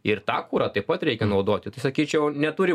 ir tą kurą taip pat reikia naudoti tai sakyčiau neturi